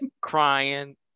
crying